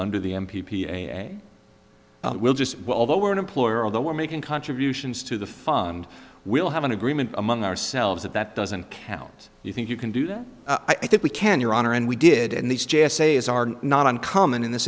under the m p p a will just although we're an employer although we're making contributions to the fund we'll have an agreement among ourselves that that doesn't count you think you can do that i think we can your honor and we did and these j s a is are not uncommon in this